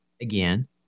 again